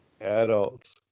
adults